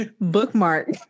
bookmark